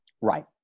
Right